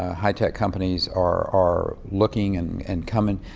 ah high tech companies are are looking and and coming.